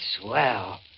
swell